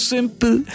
Simple